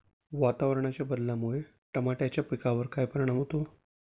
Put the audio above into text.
वातावरणाच्या बदलामुळे टमाट्याच्या पिकावर काय परिणाम होतो?